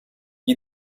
gli